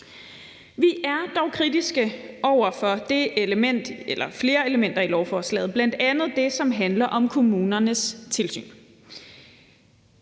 Vi er dog kritiske over for flere elementer i lovforslaget, bl.a. det element, som handler om kommunernes tilsyn.